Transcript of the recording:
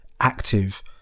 active